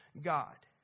god